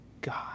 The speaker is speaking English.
God